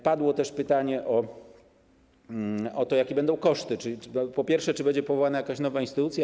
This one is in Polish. Padło też pytanie o to, jakie będą koszty, po pierwsze, czy będzie powołana jakaś nowa instytucja.